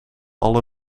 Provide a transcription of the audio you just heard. alle